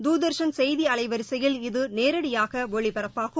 தூர்தர்ஷன் செய்தி அலைவரிசையில் இது நேரடியாக ஒளிபரப்பாகும்